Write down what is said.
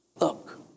Look